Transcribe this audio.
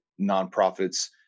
nonprofits